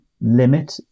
limit